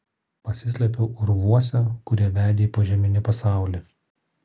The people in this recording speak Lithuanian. pasislėpiau urvuose kurie vedė į požeminį pasaulį